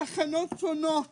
תחנות שונות